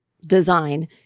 design